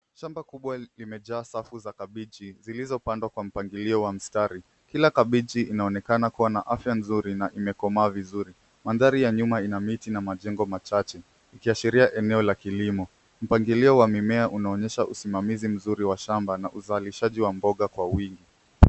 Shamba kubwa imejaa safu za kabichi zilizopandwa kwa mpangilio wa mstari. Kila kabichi inaonekana kuwa na afya nzuri na imekomaa vizuri. Mandhari ya nyuma ina miti na majengo machache ikiashiria eneo la kilimo. Mpangilio wa mimea unaonyesha usimamizi mzuri wa shamba na uzalishaji wa mboga kwa wingi.